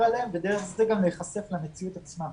עליהם ודרך זה גם להיחשף למציאות עצמה